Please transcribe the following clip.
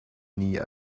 nie